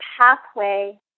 pathway